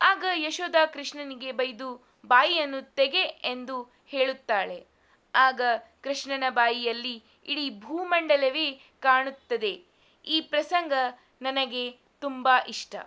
ಆಗ ಯಶೋಧ ಕೃಷ್ಣನಿಗೆ ಬೈದು ಬಾಯಿಯನ್ನು ತೆಗೆ ಎಂದು ಹೇಳುತ್ತಾಳೆ ಆಗ ಕೃಷ್ಣನ ಬಾಯಿಯಲ್ಲಿ ಇಡೀ ಭೂಮಂಡಲವೇ ಕಾಣುತ್ತದೆ ಈ ಪ್ರಸಂಗ ನನಗೆ ತುಂಬ ಇಷ್ಟ